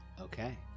Okay